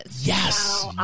Yes